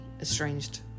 estranged